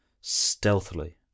stealthily